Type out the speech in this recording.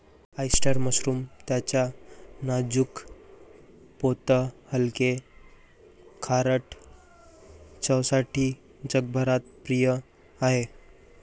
oyster mushroom त्याच्या नाजूक पोत हलके, खारट चवसाठी जगभरात प्रिय आहे